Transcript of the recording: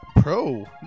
pro